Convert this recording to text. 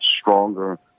stronger